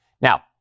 Now